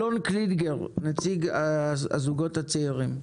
אלון קנינגר, נציג הזוגות הצעירים.